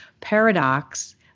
paradox